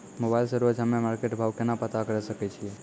Mobile से रोजे हम्मे मार्केट भाव केना पता करे सकय छियै?